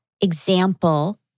example